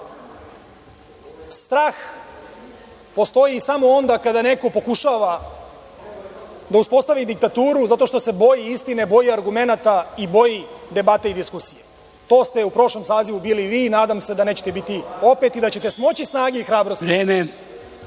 strah postoji samo onda kada neko pokušava da uspostavi diktaturu zato što se boji istine, argumenata, debate i diskusije. To ste u prošlom sazivu bili vi, nadam se da nećete biti opet i da ćete smoći snage i hrabrosti da